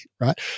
right